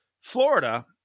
Florida